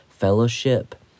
fellowship